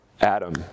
Adam